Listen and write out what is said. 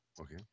Okay